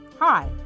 Hi